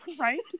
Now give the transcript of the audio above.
Right